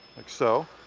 like so,